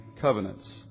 covenants